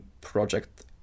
project